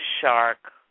shark